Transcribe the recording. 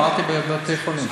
אמרתי בבתי-חולים.